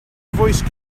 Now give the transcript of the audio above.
voice